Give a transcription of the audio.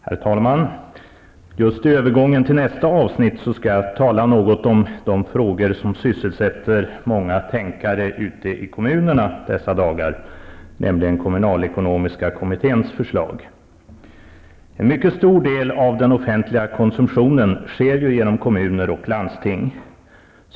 Herr talman! Just i övergången till nästa avsnitt skall jag tala något om de frågor som sysselsätter många tänkare ute i kommunerna dessa dagar, nämligen kommunalekonomiska kommitténs förslag. En mycket stor del av den offentliga konsumtionen sker genom kommuner och landsting.